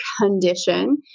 condition